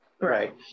Right